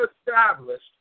established